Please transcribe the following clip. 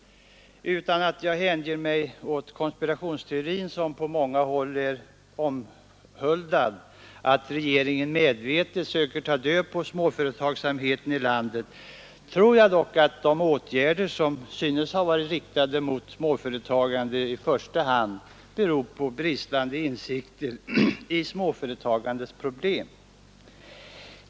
Utan att jag hängiver mig åt den konspirationsteori, som på många håll är omhuldad, att regeringen medvetet söker ta död på småföretagsamheten i landet, tror jag dock att de åtgärder som synes ha varit riktade mot småföretagande i första hand beror på bristande insikter i småföretagandets problem.